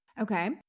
Okay